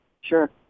Sure